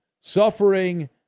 suffering